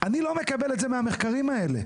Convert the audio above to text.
אני לא מקבל את זה מהמחקרים האלה.